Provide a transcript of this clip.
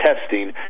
testing